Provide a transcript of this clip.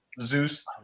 Zeus